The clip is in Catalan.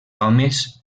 homes